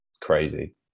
crazy